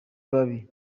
babi